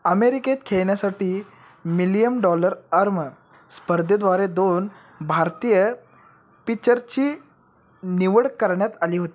आमेरिकेत खेळण्यासाठी million dollar arm स्पर्धेद्वारे दोन भारतीय पिचरची निवड करण्यात आली हो